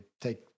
take